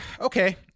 okay